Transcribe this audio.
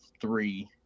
three